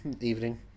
evening